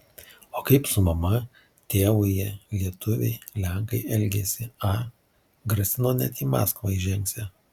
o kaip su mama tėvu jie lietuviai lenkai elgėsi a grasino net į maskvą įžengsią